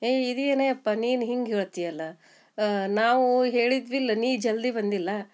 ಏಯ್ ಇದು ಏನೇ ಅಪ್ಪ ನೀನು ಹಿಂಗೆ ಹೇಳ್ತಿಯಲ್ಲ ನಾವು ಹೇಳಿದ್ವಿಲ್ಲ ನೀ ಜಲ್ದಿ ಬಂದಿಲ್ಲಾ